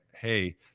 hey